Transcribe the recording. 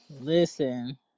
Listen